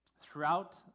Throughout